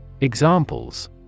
Examples